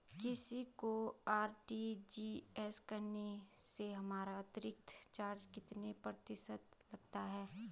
किसी को आर.टी.जी.एस करने से हमारा अतिरिक्त चार्ज कितने प्रतिशत लगता है?